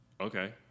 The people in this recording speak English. okay